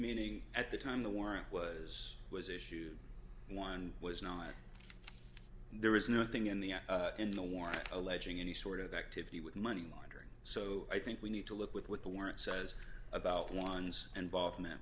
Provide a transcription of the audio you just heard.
meaning at the time the warrant was was issued one was not there was nothing in the in the war alleging any sort of activity with money laundering so i think we need to look with with the warrant says about one's involvement